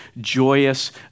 joyous